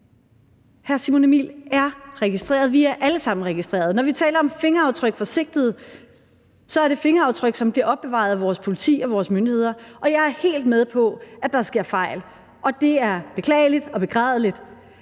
i det danske samfund. Vi er alle sammen registreret. Når vi taler om fingeraftryk fra sigtede, så er det fingeraftryk, som bliver opbevaret af vores politi og vores myndigheder, og jeg er helt med på, at der sker fejl, og det er beklageligt og begrædeligt,